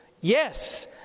Yes